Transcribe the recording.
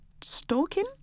stalking